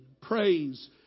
Praise